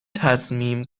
تصمیم